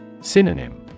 Synonym